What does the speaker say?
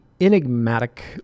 enigmatic